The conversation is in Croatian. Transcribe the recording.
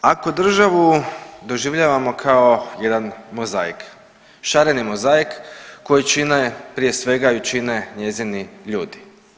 Ako državu doživljavamo kao jedan mozaik, šareni mozaik koji čine prije svega i čine njezini ljudi.